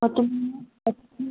मग तुम्ही आता